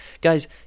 Guys